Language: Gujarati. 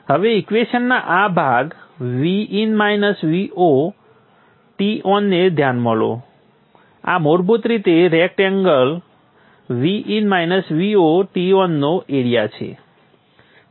હવે ઈક્વેશનના આ ભાગ Ton ને ધ્યાનમાં લો આ મૂળભૂત રીતે આ રેકટેંગલ Ton નો એરિઆ છે